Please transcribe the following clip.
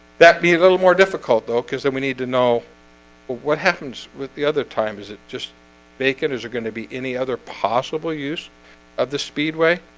be a little more difficult though because then we need to know what happens with the other time is it just vacant? is there going to be any other possible use of the speedway?